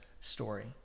story